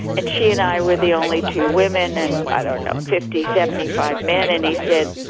and she and i were the only two women and, i don't know, fifty, seventy five men. and they said,